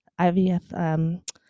IVF